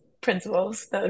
principles